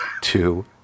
two